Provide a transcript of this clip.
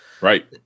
Right